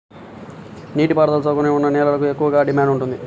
నీటి పారుదల సౌకర్యం ఉన్న నేలలకు ఎక్కువగా డిమాండ్ ఉంటుంది